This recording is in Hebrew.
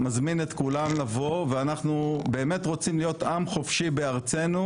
אני מזמין את כולם לבוא ואנחנו באמת רוצים להיות עם חופשי בארצנו.